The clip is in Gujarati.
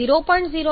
72 CH4 0